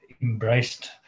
embraced